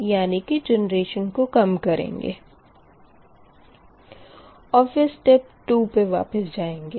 और फिर स्टेप 2 पे वापिस जाएँगे